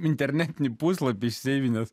internetinį puslapį seivinies